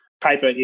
Paper